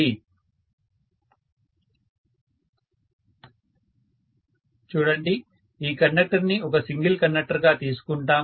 professor చూడండి ఈ conductor ని ఒక సింగిల్ కండక్టర్ గా తీసుకుంటాము